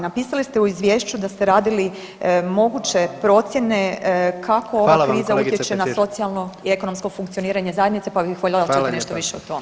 Napisali ste u izvješću da ste radili moguće procjene kako ova kriza [[Upadica predsjednik: Hvala vam kolegice Petir.]] utječe na socijalno i ekonomsko funkcioniranje zajednice pa bih volje čuti nešto više o tome.